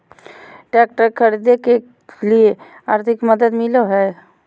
Tractor खरीदे के लिए आर्थिक मदद मिलो है?